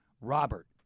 Robert